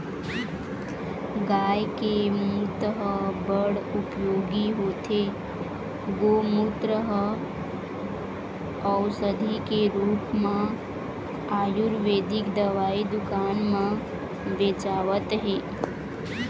गाय के मूत ह बड़ उपयोगी होथे, गोमूत्र ह अउसधी के रुप म आयुरबेदिक दवई दुकान म बेचावत हे